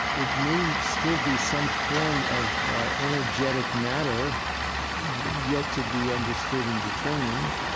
it may still be some form of energetic matter yet to be understood and determined,